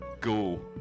go